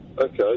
Okay